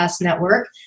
Network